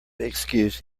excuse